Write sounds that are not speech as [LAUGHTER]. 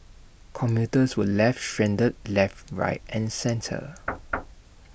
commuters were left stranded left right and centre [NOISE]